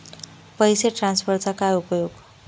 पैसे ट्रान्सफरचा काय उपयोग?